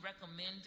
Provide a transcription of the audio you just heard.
recommend